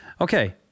Okay